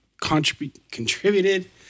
contributed